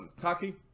Taki